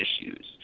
issues